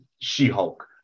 She-Hulk